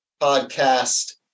podcast